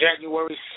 January